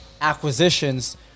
acquisitions